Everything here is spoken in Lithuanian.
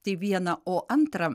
tai viena o antra